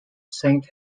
saint